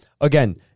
again